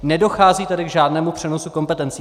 Nedochází tady k žádnému přenosu kompetencí.